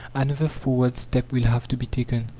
another forward step will have to be taken.